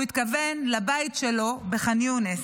הוא התכוון לבית שלו בח'אן יונס.